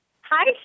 Hi